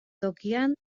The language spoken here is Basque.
tokian